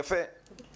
יפה,